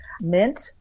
mint